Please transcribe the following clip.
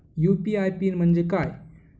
UPI PIN म्हणजे काय?